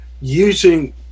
using